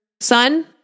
son